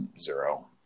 zero